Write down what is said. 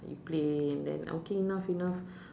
you play and then okay enough enough